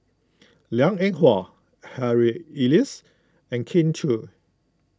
Liang Eng Hwa Harry Elias and Kin Chui